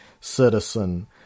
citizen